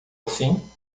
assim